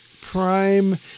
Prime